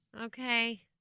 Okay